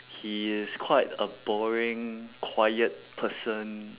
he is quite a boring quiet person